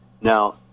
Now